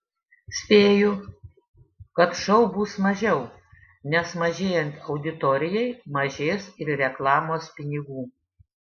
spėju kad šou bus mažiau nes mažėjant auditorijai mažės ir reklamos pinigų